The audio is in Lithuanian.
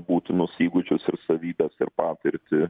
būtinus įgūdžius ir savybes ir patirtį